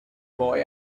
boy